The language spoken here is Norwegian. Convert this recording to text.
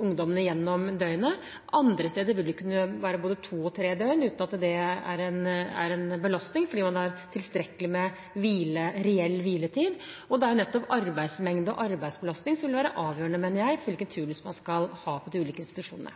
ungdommene gjennom døgnet. Andre steder vil de kunne være både to og tre døgn uten at det er en belastning, fordi man har tilstrekkelig med reell hviletid. Det er jo nettopp arbeidsmengde og arbeidsbelastning som vil være avgjørende, mener jeg, for hvilken turnus man skal ha på de ulike institusjonene.